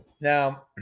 Now